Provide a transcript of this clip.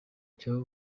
cya